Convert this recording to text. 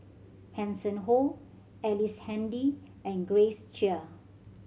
Hanson Ho Ellice Handy and Grace Chia